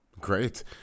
Great